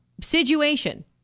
situation